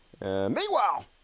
meanwhile